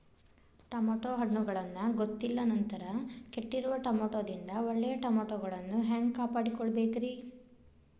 Tomato ಹಣ್ಣುಗಳನ್ನ ಗೊತ್ತಿಲ್ಲ ನಂತರ ಕೆಟ್ಟಿರುವ ಟಮಾಟೊದಿಂದ ಒಳ್ಳೆಯ ಟಮಾಟೊಗಳನ್ನು ಹ್ಯಾಂಗ ಕಾಪಾಡಿಕೊಳ್ಳಬೇಕರೇ?